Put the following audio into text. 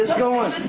going.